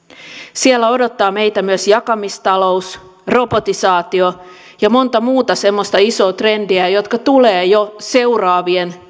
siellä odottaa meitä myös jakamistalous robotisaatio ja monta muuta semmoista isoa trendiä jotka tulevat jo seuraavien